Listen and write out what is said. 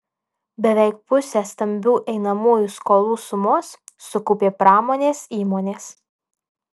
beveik pusę stambių einamųjų skolų sumos sukaupė pramonės įmonės